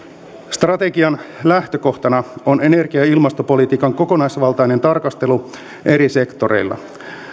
strategian lähtökohtana on energia ja ilmastopolitiikan kokonaisvaltainen tarkastelu eri sektoreilla